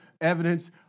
evidence